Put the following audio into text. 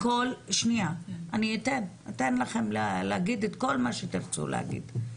שנייה, אני אתן לכם להגיד את כל מה שתרצו להגיד.